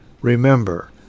Remember